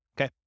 Okay